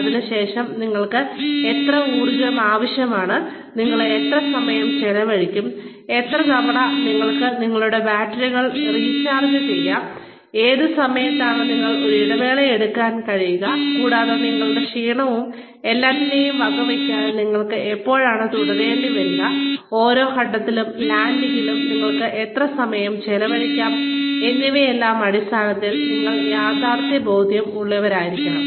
അതിനുശേഷം നിങ്ങൾക്ക് എത്ര ഊർജ്ജം ആവശ്യമാണ് നിങ്ങൾ എത്ര സമയം ചെലവഴിക്കും കൂടാതെ എത്ര തവണ നിങ്ങൾക്ക് നിങ്ങളുടെ ബാറ്ററികൾ റീചാർജ് ചെയ്യാം ഏത് സമയത്താണ് നിങ്ങൾക്ക് ഒരു ഇടവേള എടുക്കാൻ കഴിയുക കൂടാതെ നിങ്ങളുടെ ക്ഷീണവും എല്ലാറ്റിനെയും വകവയ്ക്കാതെ നിങ്ങൾക്ക് എപ്പോഴാണ് തുടരേണ്ടി വരിക ഓരോ ഘട്ടത്തിലും ലാൻഡിംഗിലും നിങ്ങൾക്ക് എത്ര സമയം ചെലവഴിക്കാം എന്നിവയുടെയെല്ലാം അടിസ്ഥാനത്തിൽ നിങ്ങൾ യാഥാർത്ഥ്യബോധമുള്ളവരായിരിക്കണം